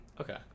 Okay